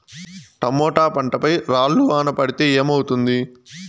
Tomato పంట పై రాళ్లు వాన పడితే ఏమవుతుంది?